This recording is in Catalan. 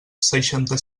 seixanta